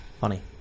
Funny